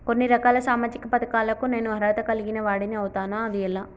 కొన్ని రకాల సామాజిక పథకాలకు నేను అర్హత కలిగిన వాడిని అవుతానా? అది ఎలా?